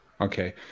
Okay